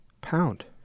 pound